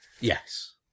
Yes